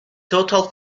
total